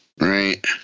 Right